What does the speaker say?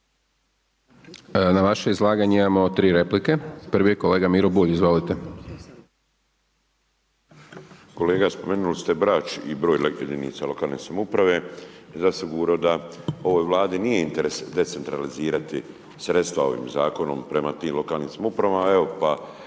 Na vaše izlaganje imamo 3 replike. Prvi je kolega Miro Bulj. Izvolite. **Bulj, Miro (MOST)** Kolega, spomenuli ste Brač i broj jedinica lokalne samouprave. Zasigurno da ovoj Vladi nije interes decentralizirati sredstva ovim Zakonom prema tim lokalnim samoupravama.